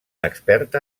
experta